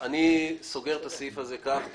אני סוגר את הסעיף הזה כך.